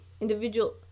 Individual